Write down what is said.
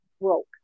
broke